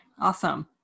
awesome